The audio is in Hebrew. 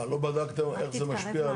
מה, לא בדקתם איך זה משפיע?